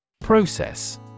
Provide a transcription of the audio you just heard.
process